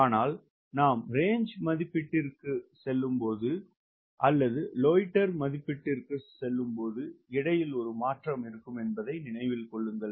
ஆனால் நாம் ரேன்ஜ் மதிப்பீட்டிற்குச் செல்லும்போது அல்லது லோய்ட்டர் மதிப்பீட்டிற்குச் செல்லும்போது எடையில் ஒரு மாற்றம் இருக்கும் என்பதை நினைவில் கொள்ளுங்கள்